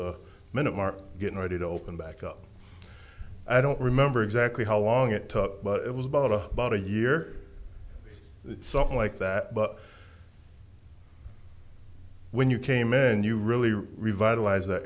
the minute mark getting ready to open back up i don't remember exactly how long it took but it was about a bout a year something like that but when you came in and you really revitalized that